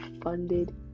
funded